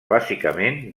bàsicament